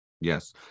Yes